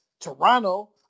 Toronto